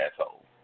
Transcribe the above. asshole